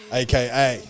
aka